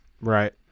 Right